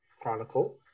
Chronicle